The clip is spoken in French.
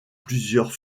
plusieurs